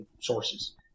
sources